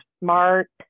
smart